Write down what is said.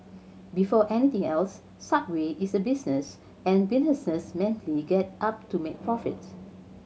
before anything else Subway is a business and businesses mainly get up to make profits